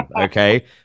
okay